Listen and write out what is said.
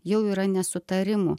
jau yra nesutarimų